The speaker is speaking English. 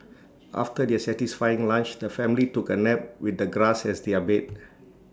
after their satisfying lunch the family took A nap with the grass as their bed